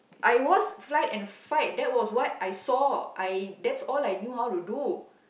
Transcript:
I was flight and fight that was what I saw I that's all I knew how to do